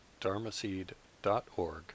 dharmaseed.org